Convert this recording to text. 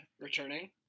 returning